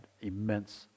immense